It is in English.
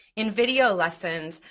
in video lessons,